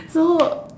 so